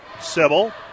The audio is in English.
Sybil